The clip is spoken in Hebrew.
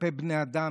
כלפי בני אדם.